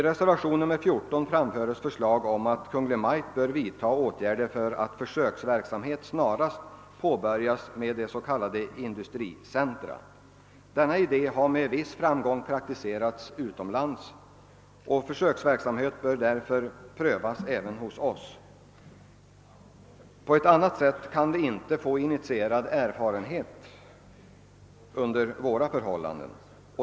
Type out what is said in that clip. Reservationen 14 upptar förslag om att Kungl. Maj:t skall vidta åtgärder så att försöksverksamhet snarast kan påbörjas med s.k. industricentra. Denna idé har med viss framgång praktiserats utomlands. Försöksverksamhet bör därför prövas även hos oss. På annat sätt kan vi inte få initierad erfarenhet under våra förhållanden.